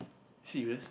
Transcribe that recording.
serious